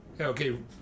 Okay